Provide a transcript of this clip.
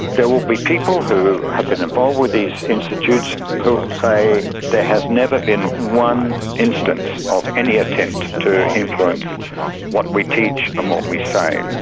there will be people who have been involved with these institutes who will say there has never been one instance of any attempt to influence what we teach and what we say.